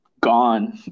gone